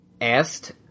asked